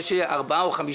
יש ארבע או חמש